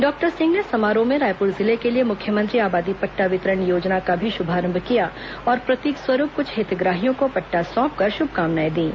doctor Singh ने समारोह में रायपुर जिले के लिए मुख्यमंत्री आबादी पट्टा वितरण योजना का भी शुभारंभ किया और प्रतीक स्वरूप क्छ हितग्राहियों को पट्टा सौंप कर श्भकामनाएं दीं